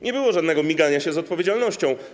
Nie było żadnego migania się od odpowiedzialności.